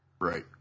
Right